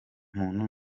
muntu